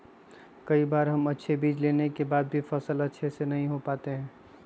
कई बार हम अच्छे बीज लेने के बाद भी फसल अच्छे से नहीं हो पाते हैं?